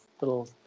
little